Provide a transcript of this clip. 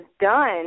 done